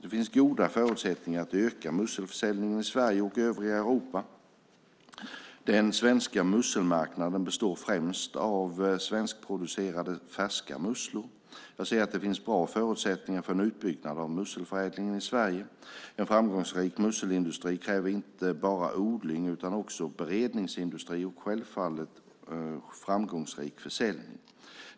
Det finns goda förutsättningar att öka musselförsäljningen i Sverige och övriga Europa. Den svenska musselmarknaden består främst av svenskproducerade färska musslor. Jag ser att det finns bra förutsättningar för en utbyggnad av musselförädlingen i Sverige. En framgångsrik musselindustri kräver inte bara odling utan också en beredningsindustri och självfallet framgångsrik försäljning.